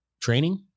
training